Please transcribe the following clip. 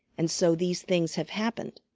and so these things have happened.